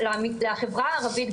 ולחברה הערבית,